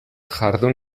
jardun